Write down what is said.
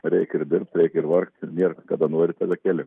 reik ir dirbt reik ir vargt nėr kada nori tada keli